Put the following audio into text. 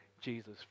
Jesus